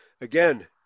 Again